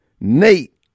Nate